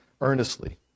earnestly